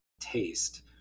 taste